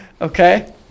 Okay